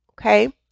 Okay